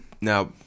Now